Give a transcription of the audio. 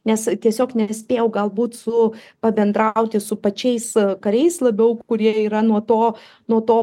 nes tiesiog nespėjau galbūt su pabendrauti su pačiais kariais labiau kurie yra nuo to nuo to